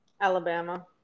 Alabama